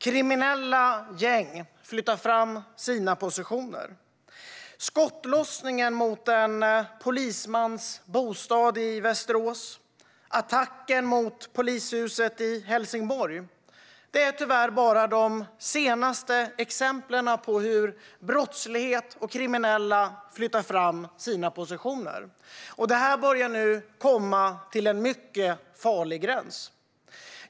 Kriminella gäng flyttar fram sina positioner. Skottlossningen mot en polismans bostad i Västerås och attacken mot polishuset i Helsingborg är tyvärr bara de senaste exemplen på hur brottslighet och kriminella flyttar fram sina positioner. Det börjar nu komma till en mycket farlig gräns.